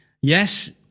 Yes